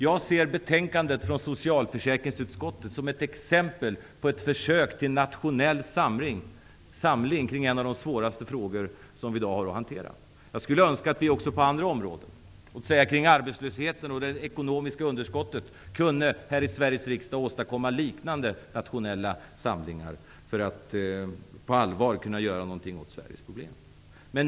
Jag ser betänkandet från socialförsäkringsutskottet som ett exempel på ett försök till nationell samling kring en av de svåraste frågor som vi har att hantera i dag. Jag skulle önska att vi här i Sveriges riksdag kunde åstadkomma liknande nationella samlingar även på andra områden, t.ex. kring arbetslösheten och det ekonomiska underskottet. Då skulle vi på allvar kunna göra något åt Sveriges problem.